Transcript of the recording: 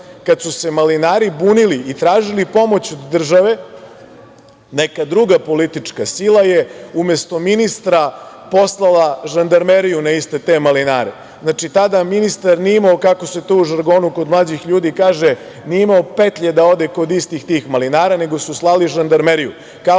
kada su se malinari bunili i tražili pomoć od države, neka druga politička sila je umesto ministra poslala žandarmeriju na iste te malinare. Znači, tada ministar nije imao, kako se to u žargonu kod mlađih ljudi kaže, nije imao petlje da ode kod istih tih malinara, nego su slali žandarmeriju,